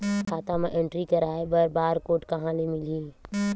खाता म एंट्री कराय बर बार कोड कहां ले मिलही?